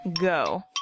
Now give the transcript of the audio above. Go